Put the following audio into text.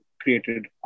created